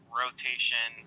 rotation